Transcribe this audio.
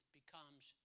becomes